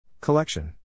Collection